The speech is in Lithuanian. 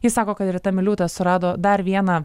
jis sako kad rita miliūtė surado dar vieną